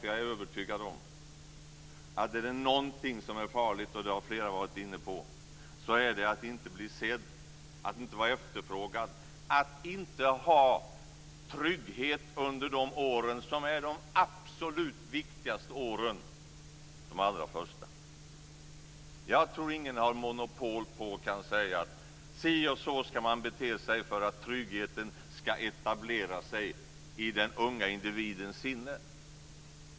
För jag är övertygad om att är det någonting som är farligt - och det har flera varit inne på - är det att inte bli sedd, att inte vara efterfrågad, att inte ha trygghet under de år som är de absolut viktigaste åren: de allra första. Jag tror inte att någon har monopol på att kunna säga att si och så ska man bete sig för att tryggheten ska etablera sig i den unga individens sinne.